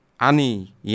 Ani